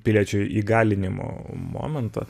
piliečių įgalinimo momentą